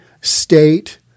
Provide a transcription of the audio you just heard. state